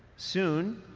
soon,